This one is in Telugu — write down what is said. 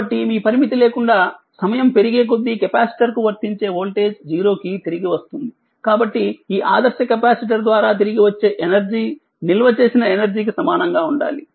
కాబట్టిమీ పరిమితి లేకుండా సమయం పెరిగేకొద్దీకెపాసిటర్కు వర్తించే వోల్టేజ్0కి తిరిగి వస్తుంది కాబట్టిఈ ఆదర్శ కెపాసిటర్ ద్వారా తిరిగి వచ్చే ఎనర్జీ నిల్వచేసిన ఎనర్జీ కి సమానంగా ఉండాలి